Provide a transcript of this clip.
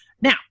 Now